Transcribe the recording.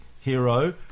hero